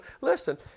Listen